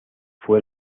fue